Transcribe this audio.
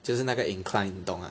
就是那个 incline 你懂吗